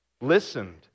listened